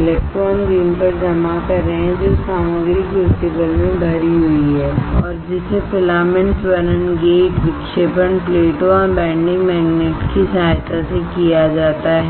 electron beam पर जमा कर रहे हैं जो सामग्री क्रूसिबल में भरी हुई है और जिसे फिलामेंट त्वरण गेट विक्षेपन प्लेटों और बेंडिंग मैग्नेट की सहायता से किया जाता है